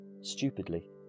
Stupidly